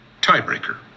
Tiebreaker